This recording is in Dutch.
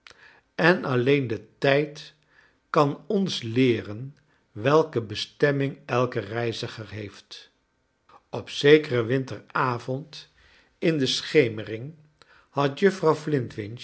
en alleen de tijd kan ons leeren welke bestemming elke reiziger heeft op zekeren winteravond in de schemering had juffrouw